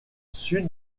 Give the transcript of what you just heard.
sud